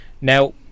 now